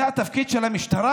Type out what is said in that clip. זה התפקיד של המשטרה.